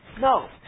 No